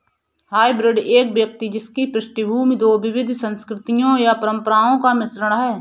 hybrid एक व्यक्ति जिसकी पृष्ठभूमि दो विविध संस्कृतियों या परंपराओं का मिश्रण है